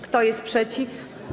Kto jest przeciw?